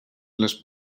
les